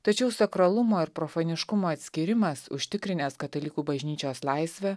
tačiau sakralumo ir profaniškumo atskyrimas užtikrinęs katalikų bažnyčios laisvę